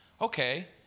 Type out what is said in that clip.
okay